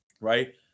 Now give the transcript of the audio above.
right